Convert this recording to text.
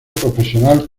profesional